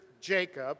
Jacob